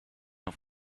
off